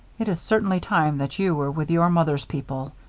it is certainly time that you were with your mother's people.